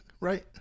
right